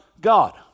God